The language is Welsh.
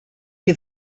chi